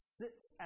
sits